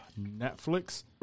Netflix